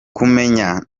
kumenya